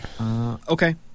Okay